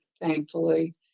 thankfully